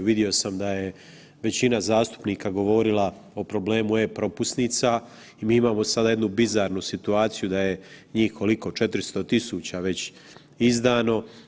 Vidio sam da je većina zastupnika govorila o problemu e-propusnica i mi imamo sada jednu bizarnu situaciju da je njih, koliko, 400 000 već izdano.